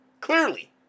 Clearly